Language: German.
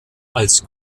als